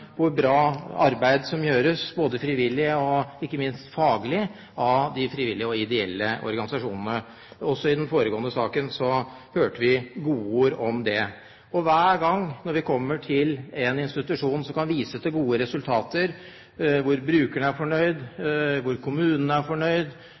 hvor mye bra arbeid som gjøres, både frivillig og ikke minst faglig av de frivillige og ideelle organisasjonene. Også i den foregående saken hørte vi godord om det. Men hver gang vi kommer til en institusjon som kan vise til gode resultater, hvor brukerne er fornøyde, hvor kommunen er fornøyd,